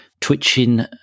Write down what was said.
twitching